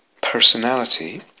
personality